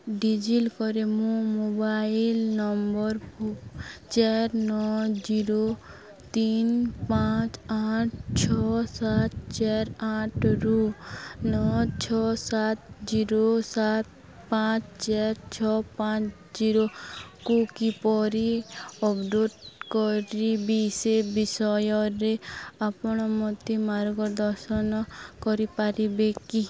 D ଜି ଲକର୍ରେ ମୋ ମୋବାଇଲ୍ ନମ୍ବର୍ ଫୋ ଚାରି ନଅ ଜିରୋ ତିନ ପାଞ୍ଚ ଆଠ ଛଅ ସାତ ଚାର ଆଠରୁ ନଅ ଛଅ ସାତ ଜିରୋ ସାତ ପାଞ୍ଚ ଚାର ଛଅ ପାଞ୍ଚ ଜିରୋକୁ କିପରି ଅପଡ଼େଟ୍ କରିବି ସେ ବିଷୟରେ ଆପଣ ମୋତେ ମାର୍ଗଦର୍ଶନ କରିପାରିବେ କି